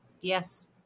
Yes